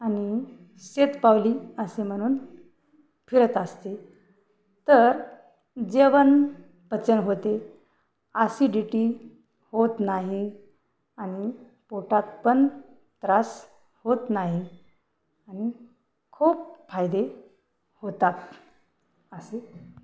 आनि शतपावली असे म्हणून फिरत असते तर जेवण पचन होते आसिडिटी होत नाही आणि पोटात पण त्रास होत नाही आणि खूप फायदे होतात असे